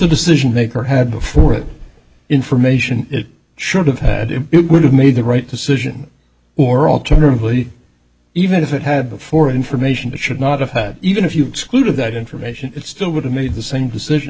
decision maker had before that information it should have had it would have made the right decision or alternatively even if it had before information that should not have had even if you exclude of that information it still would have made the same decision